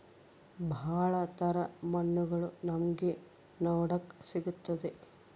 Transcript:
ಭಾಳ ತರ ಮಣ್ಣುಗಳು ನಮ್ಗೆ ನೋಡಕ್ ಸಿಗುತ್ತದೆ